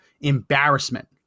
embarrassment